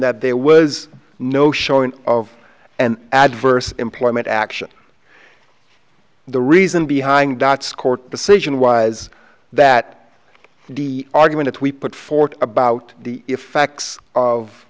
that there was no showing of an adverse employment action the reason behind dot's court decision was that the argument we put forward about the effects of